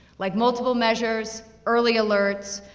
like multiple measures, early alerts,